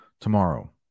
tomorrow